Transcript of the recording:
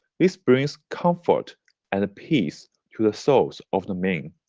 this brings comfort and peace to the souls of the men.